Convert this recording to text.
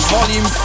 Volume